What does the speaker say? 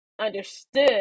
understood